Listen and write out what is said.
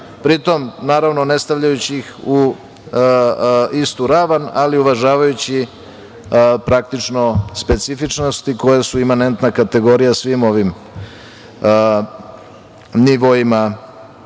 pri tome, naravno, ne stavljajući ih u istu ravan, ali uvažavajući praktično specifičnosti koja su imanentna kategorija svim ovim nivoima